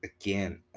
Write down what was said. Again